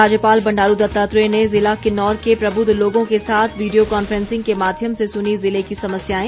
राज्यपाल बंडारू दत्तात्रेय ने जिला किन्नौर के प्रबुद्ध लोगों के साथ वीडियो कॉन्फ्रेंसिंग के माध्यम से सुनीं ज़िले की समस्याएं